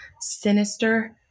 Sinister